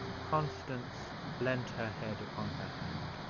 constance leaned her head upon her hand,